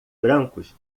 brancos